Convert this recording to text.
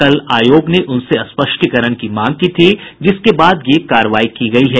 कल आयोग ने उनसे स्पष्टीकरण की मांग की थी जिसके बाद यह कार्रवाई की गयी है